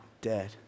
dead